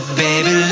baby